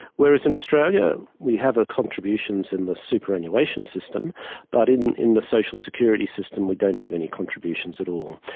whereas in australia we have contributions in the superannuation system but in in the social security security system we don't have any contributions at all.